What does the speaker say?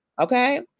Okay